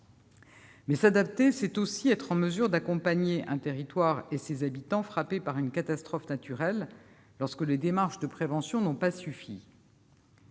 s'adapter, c'est aussi être en mesure d'accompagner un territoire et ses habitants frappés par une catastrophe naturelle lorsque les démarches de prévention n'ont pas suffi.